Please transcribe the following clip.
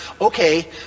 Okay